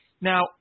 Now